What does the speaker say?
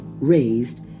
raised